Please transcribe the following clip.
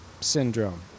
syndrome